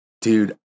dude